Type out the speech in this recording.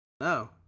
No